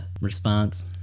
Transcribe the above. response